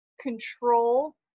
control